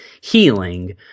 healing